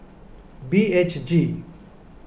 B H G